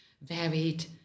varied